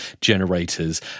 generators